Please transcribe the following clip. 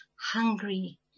hungry